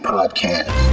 Podcast